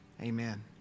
Amen